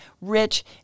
rich